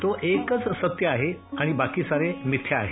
तो एकच सत्य आहे आणि बाकी सारे मिथ्य आहे